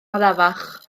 arafach